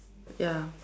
ya